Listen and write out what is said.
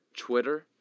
Twitter